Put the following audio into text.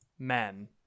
men